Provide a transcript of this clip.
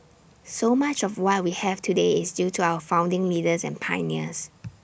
so much of what we have today is due to our founding leaders and pioneers